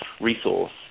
resource